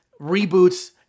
reboots